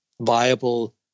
viable